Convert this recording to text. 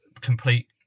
complete